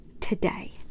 today